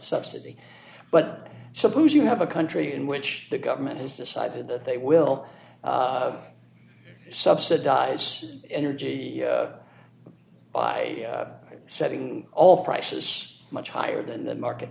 subsidy but suppose you have a country in which the government has decided that they will subsidize energy by setting all prices much higher than the market